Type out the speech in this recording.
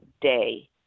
day